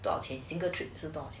多少钱 single trip 是多少钱